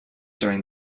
during